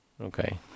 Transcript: Okay